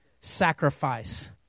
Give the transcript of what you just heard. sacrifice